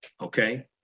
okay